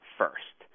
first